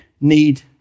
need